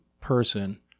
person